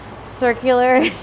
circular